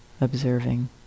observing